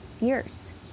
years